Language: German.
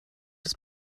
des